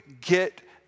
get